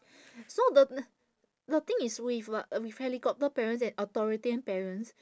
so the the thing is with uh with helicopter parents and authoritarian parents